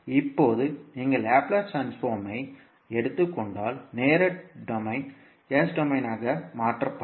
இப்போது நீங்கள் லாப்லேஸ் ட்ரான்ஸ்போர்மை எடுத்துக் கொண்டால் நேர டொமைன் S டொமைனாக மாற்றப்படும்